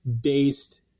based